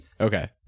Okay